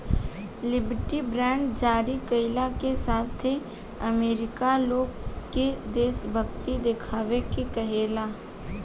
liberty bond जारी कईला के साथे अमेरिका लोग से देशभक्ति देखावे के कहेला